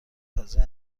فضای